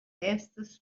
estas